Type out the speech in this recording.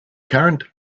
current